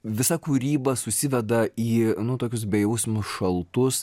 visa kūryba susiveda į nu tokius bejausmius šaltus